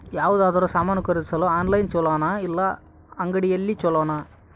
ಯಾವುದಾದರೂ ಸಾಮಾನು ಖರೇದಿಸಲು ಆನ್ಲೈನ್ ಛೊಲೊನಾ ಇಲ್ಲ ಅಂಗಡಿಯಲ್ಲಿ ಛೊಲೊನಾ?